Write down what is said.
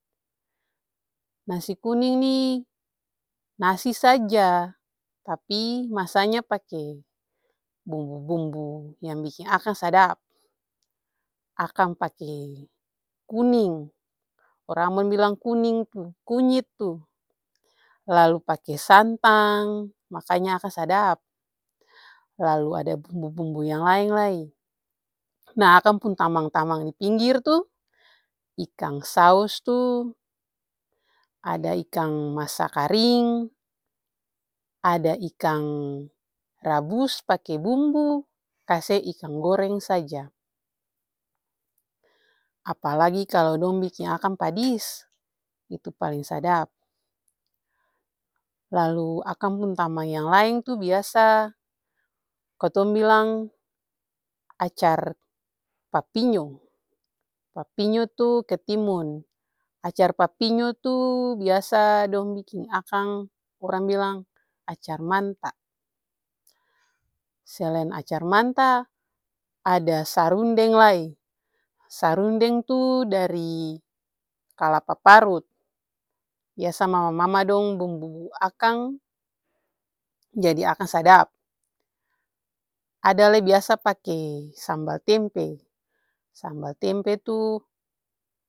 Nasi nih nasi saja, tapi masanya pake bumbu-bumbu yang biking akang sadap. Akang pake kuning, orang ambon bilang kuning tuh kunyit tuh, lalu pake santang makanya akang sadap, lalu aada bumbu-bumbu yang laeng lai. Nah akang pung tamang-tamang dipinggir tuh ikang saos tuh, ada ikang masa karing, ada ikang rabus pake bumbu, kaseng ikang goreng saja. Apalagi kalu dong biking akang padis itu paleng sadap. Lalu akang pung tamang yang laeng itu biasa katong bilang acar papinyo, papinyo tuh ketimun, acar papinyo tuh biasa dong biking akang orang bilang acar manta. Selain acar manta ada sarundeng lai, sarundeng tuh dari kalapa parut biasa mama dong bumbu-bumbu akang jadi akang sadap. Ada lai biasa pake sambal tempe, sambal tempe tuh.